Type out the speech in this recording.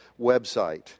website